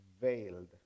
veiled